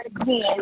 again